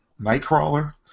Nightcrawler